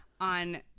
on